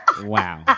Wow